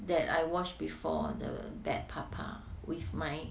that I watch before the bad papa with my